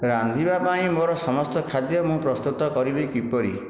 ରାନ୍ଧିବା ପାଇଁ ମୋର ସମସ୍ତ ଖାଦ୍ୟ ମୁଁ ପ୍ରସ୍ତୁତ କରିବି କିପରି